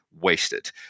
Wasted